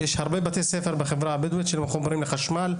יש בתי ספר בחברה הבדואית שלא מחוברים לחשמל,